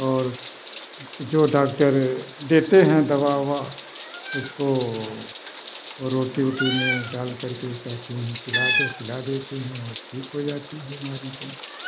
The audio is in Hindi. और जो डाक्टर देते हैं दवा वुआ उसको रोटी वोटी में डाल करके कहते हैं खिला दो खिला देते हैं और ठीक हो जाती है हमारी भैंस